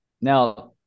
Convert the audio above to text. Now